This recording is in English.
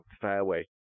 fairway